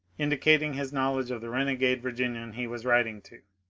indicated his knowledge of the renegade virginian he was writing to.